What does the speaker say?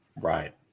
Right